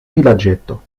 vilaĝeto